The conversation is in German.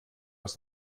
aus